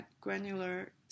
granular